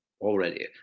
already